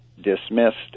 dismissed